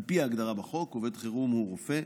על פי ההגדרה בחוק, עובד חירום הוא רופא,